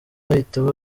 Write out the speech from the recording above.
bahita